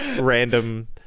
random